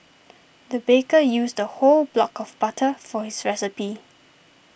the baker used a whole block of butter for his recipe